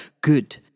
good